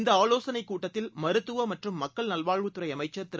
இந்தஆலோசனைகூட்டத்தில் மருத்துவமற்றும் மக்கள் நல்வாழ்வுத்துறைஅமைச்சர் திரு